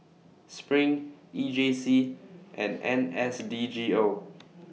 SPRING E J C and N S D G O